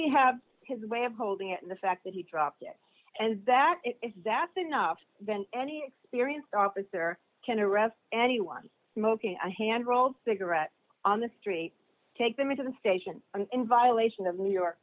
we have his way of holding it in the fact that he dropped it and that exact enough then any experienced officer can arrest anyone smoking a hand rolled cigarette on the street take them into the station in violation of new york